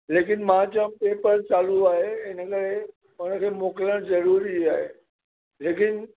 लेकिन मां चयो पेपर चालू आहे हुन खे मोकिलणु ज़रूरी आहे लेकिन